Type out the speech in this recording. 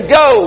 go